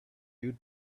you